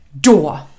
door